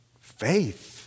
faith